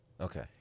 Okay